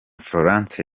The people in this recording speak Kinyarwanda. florence